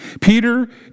Peter